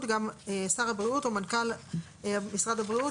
גם שר הבריאות או מנכ"ל משרד הבריאות,